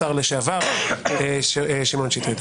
השר לשעבר שמעון שטרית.